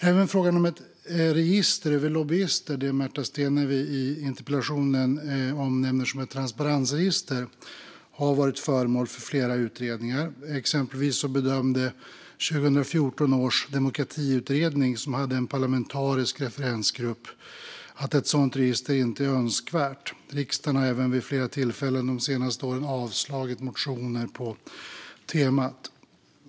Även frågan om ett register över lobbyister - det Märta Stenevi i interpellationen omnämner som transparensregister - har varit föremål för flera utredningar. Exempelvis bedömde 2014 års demokratiutredning, som hade en parlamentarisk referensgrupp, att ett sådant register inte är önskvärt. Riksdagen har även vid flera tillfällen de senaste åren avslagit motioner på temat.